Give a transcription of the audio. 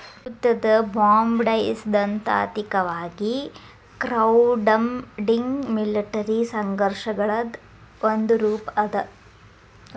ಯುದ್ಧದ ಬಾಂಡ್ಸೈದ್ಧಾಂತಿಕವಾಗಿ crowdfunding military ಸಂಘರ್ಷಗಳದ್ ಒಂದ ರೂಪಾ ಅದ